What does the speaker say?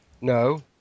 No